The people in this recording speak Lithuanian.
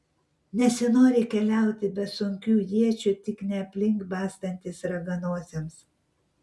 nesinori keliauti be sunkių iečių tik ne aplink bastantis raganosiams